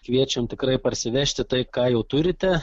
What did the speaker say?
kviečiam tikrai parsivežti tai ką jau turite